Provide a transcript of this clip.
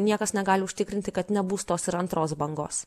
niekas negali užtikrinti kad nebus tos ir antros bangos